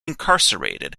incarcerated